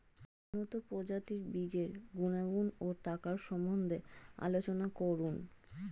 উন্নত প্রজাতির বীজের গুণাগুণ ও টাকার সম্বন্ধে আলোচনা করুন